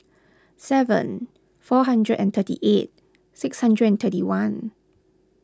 seven four hundred and thirty eight six hundred and thirty one